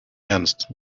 ernst